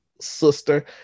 sister